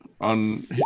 on